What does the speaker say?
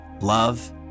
love